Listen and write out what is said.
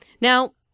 Now